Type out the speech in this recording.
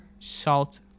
Salt